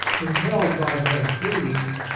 impelled by her entreaties,